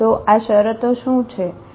તો આ શરતો શું છે